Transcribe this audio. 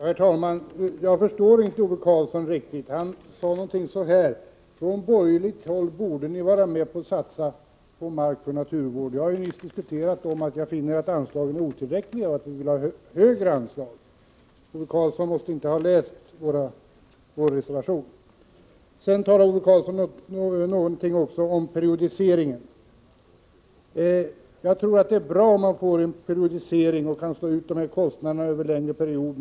Herr talman! Jag förstår inte Ove Karlsson riktigt. Han sade ungefär: Från borgerligt håll borde ni vara med och satsa på markoch naturvård. — Men jag har ju nyss anfört att jag finner anslagen otillräckliga och att vi vill ha högre anslag. Ove Karlsson måtte inte ha läst vår reservation! Sedan tar Ove Karlsson upp något om periodisering. Jag tror att det är bra om man får en periodisering och alltså kan slå ut kostnaderna över längre perioder.